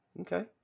Okay